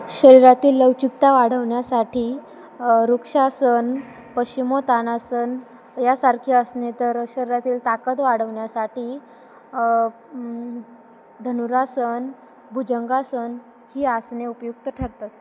शरीरातील लवचिकता वाढवण्यासाठी वृक्षासन पश्चिमोतानासन यासारखे आसने तर शरीरातील ताकद वाढवण्यासाठी धनुरासन भुजंगासन ही आसने उपयुक्त ठरतात